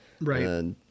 Right